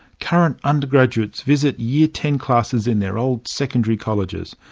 current undergraduates visit year ten classes in their old secondary colleges,